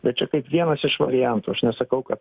bet čia kaip vienas iš variantų aš nesakau kad